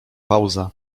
pauza